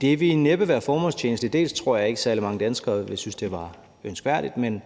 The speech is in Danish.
Det vil næppe være formålstjenligt. Jeg tror ikke, at særlig mange danskere ville synes, det var ønskværdigt, men